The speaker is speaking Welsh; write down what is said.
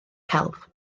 celf